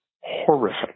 horrific